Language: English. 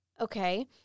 okay